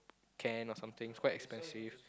can or something is quite expensive